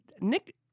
nick